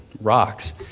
rocks